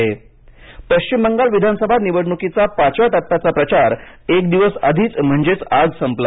पश्चिम बंगाल प्रचार पश्चिम बंगाल विधानसभा निवडणुकीचा पाचव्या टप्प्याचा प्रचार एक दिवस आधीच म्हणजेच आज संपला